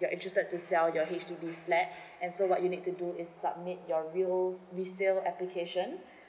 you're interested to sell your H_D_B flat and so what you need to do is submit your real resale application